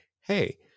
hey